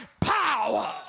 power